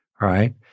right